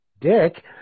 dick